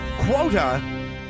Quota